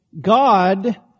God